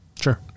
sure